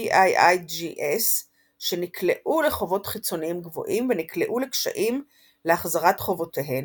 PIIGS שנקלעו לחובות חיצוניים גבוהים ונקלעו לקשיים להחזרת חובותיהן,